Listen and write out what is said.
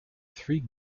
three